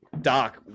Doc